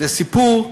זה סיפור.